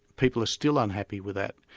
people are still unhappy with that.